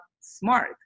smart